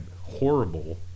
horrible